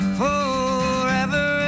forever